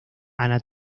ana